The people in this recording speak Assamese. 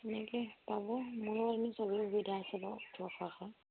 তেনেকৈ পাব মোৰো এনেই সবেই সুবিধা আছে বাৰু